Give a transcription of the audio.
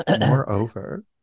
moreover